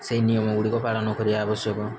ସେଇ ନିୟମ ଗୁଡ଼ିକ ପାଳନ କରିବା ଆବଶ୍ୟକ